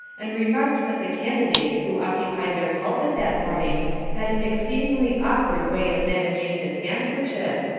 and remarked that the candidate who occupied their pulpit that morning had an exceedingly awkward way of managing his handkerchief,